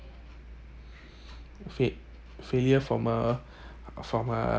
fai~ failure from a from a